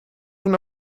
una